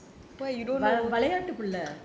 விளையாட்டு புள்ள:vilaiyaattu pulla